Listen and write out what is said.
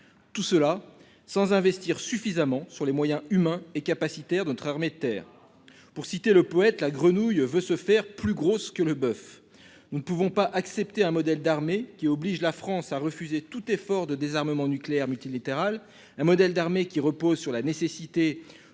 Tout cela sans investir suffisamment sur les moyens humains et capacitaire notre armée de terre pour citer le poète la grenouille veut se faire plus grosse que le boeuf. Nous ne pouvons pas accepter un modèle d'armée qui oblige la France à refuser tout effort de désarmement nucléaire multilatéral un modèle d'armée qui repose sur la nécessité